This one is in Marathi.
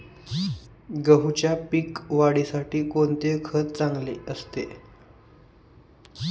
गहूच्या पीक वाढीसाठी कोणते खत चांगले असते?